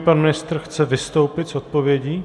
Pan ministr chce vystoupit s odpovědí?